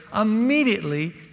immediately